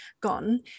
gone